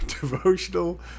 devotional